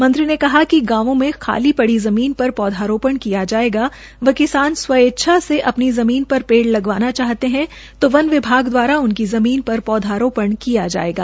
मंत्री ने कहा कि गांवों में खाली पड़ी ज़मीन पर पौधारोपण किया जायेगा व किसान स्वेच्छा से अपनी ज़मीन पर पेड़ लगवाना चाहता है तो वन विभाग द्वारा उनकी ज़मीन पर पौधारोपण किया जायेगा